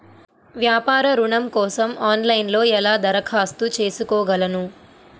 వ్యాపార ఋణం కోసం ఆన్లైన్లో ఎలా దరఖాస్తు చేసుకోగలను?